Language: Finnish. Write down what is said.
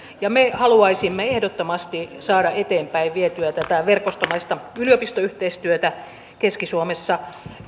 ja me haluaisimme ehdottomasti saada eteenpäin vietyä tätä verkostomaista yliopistoyhteistyötä keski suomessa